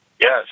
Yes